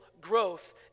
growth